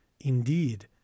Indeed